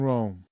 Rome